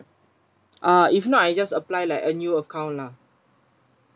ah if not I just apply like a new account lah